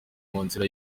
munzira